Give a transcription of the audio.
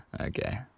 Okay